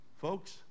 Folks